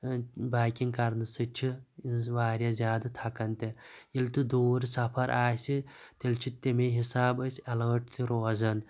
biking کَرنہٕ سۭتۍ چھِ وارِیاہ زیادٕ تھکان تہِ ییٚلہِ تہِ دور سَفَر آسہِ تیٚلہِ چھِ تمے حسابہٕ أسۍ ایٚلٲٹ تہِ روزَان